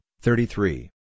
thirty-three